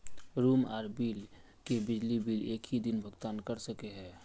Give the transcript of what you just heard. Room आर बिजली के बिल एक हि दिन भुगतान कर सके है?